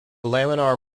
laminar